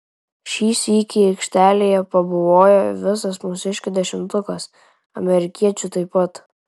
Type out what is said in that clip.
šį sykį aikštelėje pabuvojo visas mūsiškių dešimtukas amerikiečių taip pat